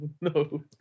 no